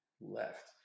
left